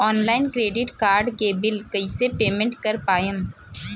Online credit card के bill कइसे payment कर पाएम?